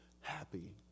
happy